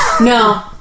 No